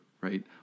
right